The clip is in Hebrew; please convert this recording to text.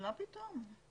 מה פתאום?